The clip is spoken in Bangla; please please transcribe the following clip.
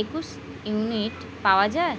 একুশ ইউনিট পাওয়া যায়